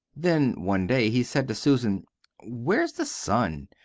then one day he said to susan where's the sun?